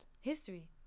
History